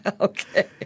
Okay